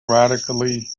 radically